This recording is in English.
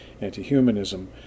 anti-humanism